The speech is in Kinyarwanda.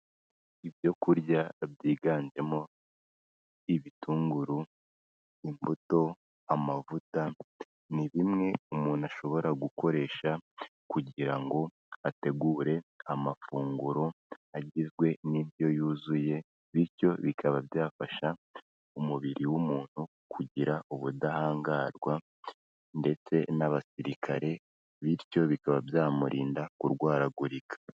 Ibyokurya byiganjemo ibitunguru, imbuto, amavuta ni bimwe umuntu ashobora gukoresha kugira ngo ategure amafunguro agizwe n'indyo yuzuye, bityo bikaba byafasha umubiri w'umuntu kugira ubudahangarwa ndetse n'abasirikare bityo bikaba byamurinda kurwaragurika.